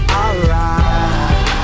alright